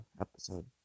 episode